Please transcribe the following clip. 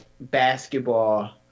basketball